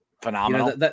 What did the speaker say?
Phenomenal